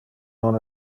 non